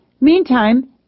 Meantime